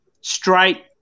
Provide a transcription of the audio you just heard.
straight